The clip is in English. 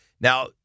Now